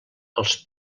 als